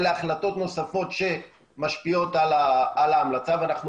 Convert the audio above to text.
אלה החלטות נוספות שמשפיעות על ההמלצה ואנחנו